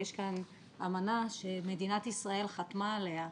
יש כאן אמנה שמדינת ישראל חתמה עליה,